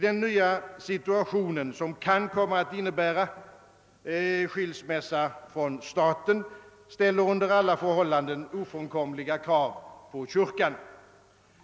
Den nya situationen, som kan kom ma att innebära skilsmässa från staten, ställer under alla förhållanden ofrånkomliga krav på kyrkan.